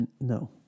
No